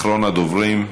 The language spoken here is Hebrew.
אחרון הדוברים.